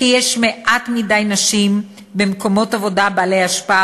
כי יש מעט מדי נשים במקומות עבודה בעלי השפעה